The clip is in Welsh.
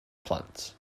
plant